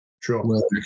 Sure